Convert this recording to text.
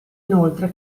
inoltre